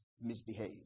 misbehave